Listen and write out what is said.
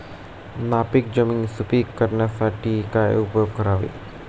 नापीक जमीन सुपीक करण्यासाठी काय उपयोग करावे?